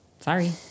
Sorry